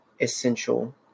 essential